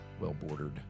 well-bordered